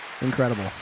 Incredible